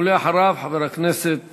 ואחריו, חבר הכנסת